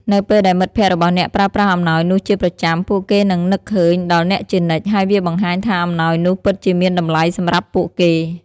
នៅពេលដែលមិត្តភក្តិរបស់អ្នកប្រើប្រាស់អំណោយនោះជាប្រចាំ ពួកគេនឹងនឹកឃើញដល់អ្នកជានិច្ច ហើយវាបង្ហាញថាអំណោយនោះពិតជាមានតម្លៃសម្រាប់ពួកគេ។